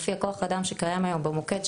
לפי כוח האדם שקיים היום במוקד,